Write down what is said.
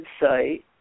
website